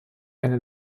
eine